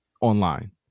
online